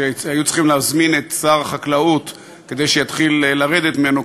שהיו צריכים להזמין את שר החקלאות כדי שיתחיל לרדת ממנו,